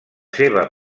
seva